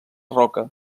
roca